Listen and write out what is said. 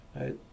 right